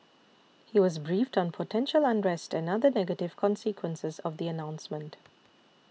he was briefed on potential unrest and other negative consequences of the announcement